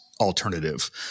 alternative